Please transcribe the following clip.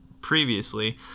previously